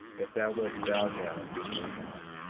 if thou wilt bow down before god,